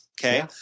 Okay